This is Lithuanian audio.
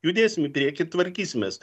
judėsim į priekį tvarkysimės